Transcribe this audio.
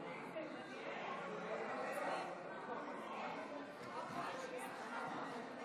קיבלתי הערה שיש הסכמה.